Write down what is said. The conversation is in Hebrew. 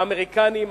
האמריקנים,